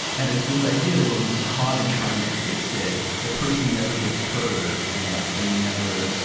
and it's this idea that when we get caught in trying to fix it, the person never gets heard, and thus they never,